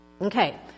Okay